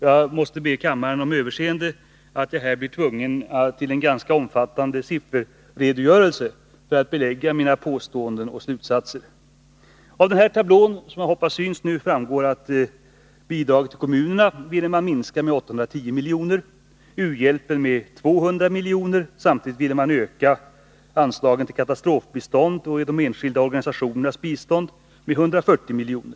Jag måste be kammaren om överseende med att jag här blir tvungen till en ganska omfattande sifferredogörelse för att belägga mina påståenden och slutsatser. Av den tablå som, hoppas jag, nu syns på kammarens bildskärm framgår att man ville minska bidragen till kommunerna med 810 miljoner och u-hjälpen med 200 miljoner. Samtidigt ville man öka anslagen till katastrofbistånd och till de enskilda organisationernas bistånd med 140 miljoner.